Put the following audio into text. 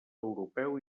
europeu